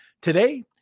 Today